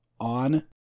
on